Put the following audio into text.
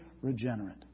regenerate